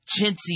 chintzy